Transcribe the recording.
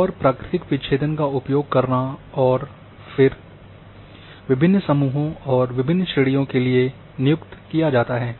और प्राकृतिक विच्छेदन का उपयोग करना और फिर विभिन्न समूहों और विभिन्न श्रेणियों के लिए नियुक्त किया जाता है